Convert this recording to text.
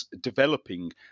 developing